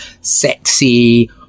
sexy